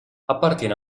appartiene